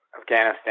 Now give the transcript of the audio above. Afghanistan